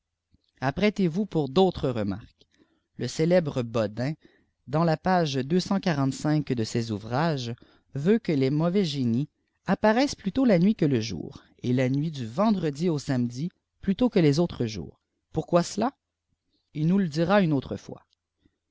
âpprètez yous pour d'autres remarques le célèbre bodin dans la page de ses ouvrages veut que les mauvais génies apparaissent plutôt la nuit que le jour et la nuit du vendredi au samedi plutôt que les autres jours pourquoi cela il nous le dira une autre fois